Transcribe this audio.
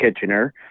Kitchener